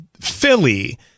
Philly